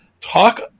Talk